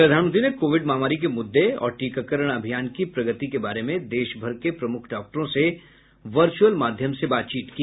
प्रधानमंत्री ने कोविड महामारी के मुद्दे और टीकाकरण अभियान की प्रगति के बारे में देशभर के प्रमुख डॉक्टरों से आज वर्चुअल माध्यम से बातचीत की